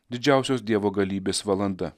didžiausios dievo galybės valanda